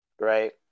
right